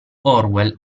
orwell